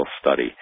study